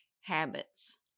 habits